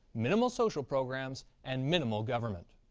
minimal social programs and minimal government.